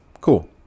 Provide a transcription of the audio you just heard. Cool